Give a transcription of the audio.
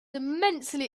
immensely